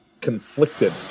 conflicted